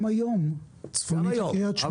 גם היום, צפונית לקרית שמונה.